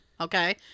Okay